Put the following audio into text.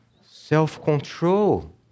Self-control